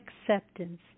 acceptance